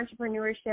entrepreneurship